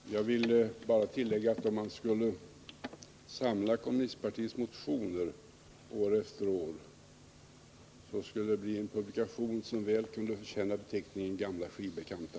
Fru talman! Jag vill bara tillägga att en samlad utgåva av vänsterpartiet kommunisternas motioner under årens lopp skulle bli en publikation som väl kunde förtjäna beteckningen ”gamla skivbekanta”.